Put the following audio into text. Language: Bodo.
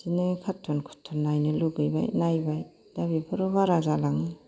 बिदिनो खारटुन खुरटुन नायनो लुगैबाय नायबाय दा बेफोरो बारा जालाङो